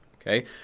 Okay